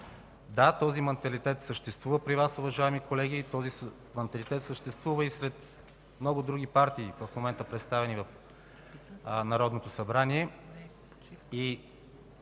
Да, този манталитет съществува при Вас, уважаеми колеги. Той съществува и сред много други партии, в момента представени в Народното събрание. В